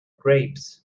grapes